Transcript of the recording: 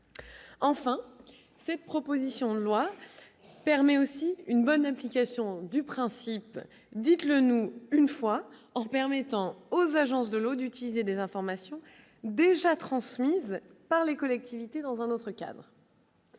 Enfin, cette proposition de loi permet aussi une bonne application du principe, dites-le nous une fois en permettant aux agences de l'eau, d'utiliser des informations déjà transmises par les collectivités dans un autre cadre.